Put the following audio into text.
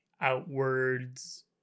outwards